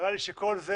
נראה לי שכל זה,